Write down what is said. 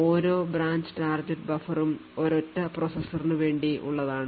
ഓരോ branch target ബഫറും ഒരൊറ്റ process നു വേണ്ടി ഉള്ളതാണ്